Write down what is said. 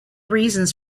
reasons